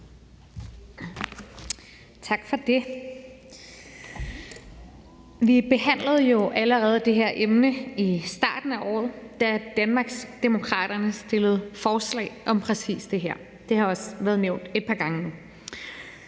Tak for det. Vi behandlede jo allerede det her emne i starten af året, da Danmarksdemokraterne fremsatte et forslag om præcis det her. Det har også været nævnt et par gange.